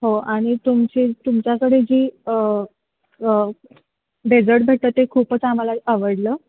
हो आणि तुमची तुमच्याकडे जी डेजर्ट भेटतं ते खूपच आम्हाला आवडलं